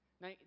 Now